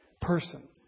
person